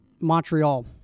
Montreal